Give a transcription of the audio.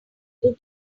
able